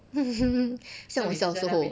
像我小时候